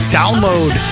download